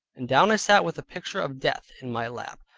and down i sat with the picture of death in my lap.